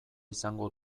izango